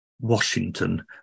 Washington